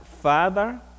Father